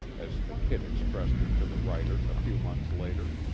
as the kid expressed it to the writer a few months later.